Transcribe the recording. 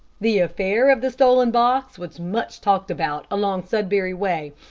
the affair of the stolen box was much talked about along sudbury way,